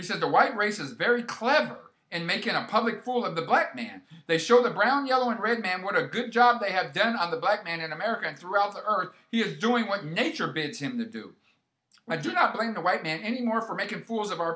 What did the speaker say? he said the white race is very clever and making a public pool of the black man they show the brown yellow and red and what a good job they had done on the black and in america and throughout the earth are you doing what nature bids him to do i do not blame the white man anymore for making fools of our